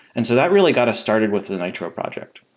and so that really got us started with the nitro project.